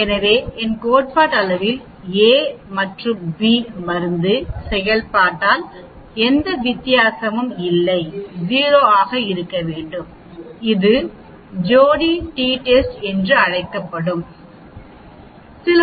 எனவே கோட்பாட்டளவில் a மற்றும் b செயல்பட்டால் அந்த வித்தியாசம் 0 ஆக இருக்க வேண்டும் இது ஜோடி டி டெஸ்ட் என்று அழைக்கப்படுகிறது